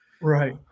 Right